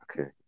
Okay